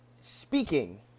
speaking